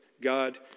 God